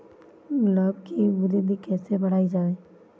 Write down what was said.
गुलाब की वृद्धि कैसे बढ़ाई जाए?